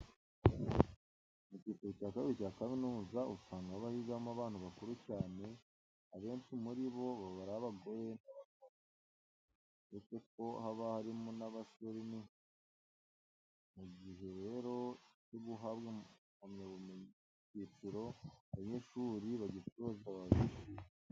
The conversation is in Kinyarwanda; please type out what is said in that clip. Mu cyiciro cya kabiri cya kaminuza, usanga haba higamo abantu bakuru cyane, abenshi muri bo baba ari abagore n'abagabo. Uretse ko haba harimo n'abasore n'inkumi. Mu gihe rero cyo guhabwa impamyabumenyi y'iki cyiciro, abanyeshuri bagisoje baba bishimye.